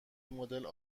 مدل